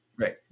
Right